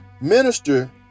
minister